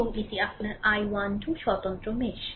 এবং এটি আপনার i 1 2 স্বতন্ত্র মেশ